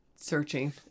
searching